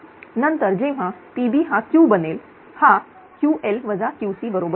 नंतर जेव्हा PB हा Q बनेल हा Ql Qc बरोबर येईल